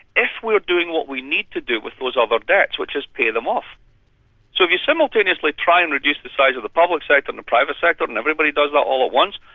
if we're doing what we need to do with those other debts, which is pay them off so if you simultaneously try and reduce the size of the public sector and the private sector and everybody does that all at once,